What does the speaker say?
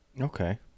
okay